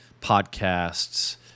podcasts